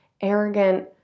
arrogant